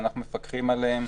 שאנחנו מפקחים עליהם,